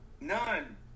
None